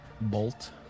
Bolt